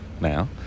now